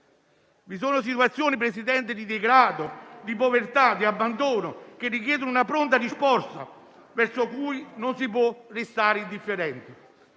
Vi sono situazioni, signor Presidente, di degrado, di povertà, di abbandono, che richiedono una pronta risposta, verso cui non si può restare indifferenti.